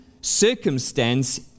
circumstance